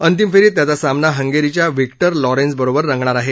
अंतिम फेरीत त्याचा सामना हंगेरीच्या व्हिक्टर लॉरेन्ज बरोबर रंगणार आहे